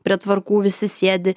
prie tvarkų visi sėdi